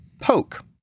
Poke